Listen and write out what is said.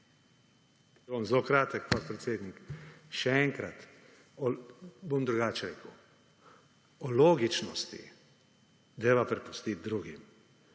zelo kratek, podpredsednik. Še enkrat, bom drugače reke: o logičnosti dajva prepustiti drugim.